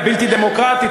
"הבלתי-דמוקרטית",